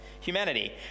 humanity